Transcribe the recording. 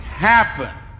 Happen